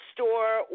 Store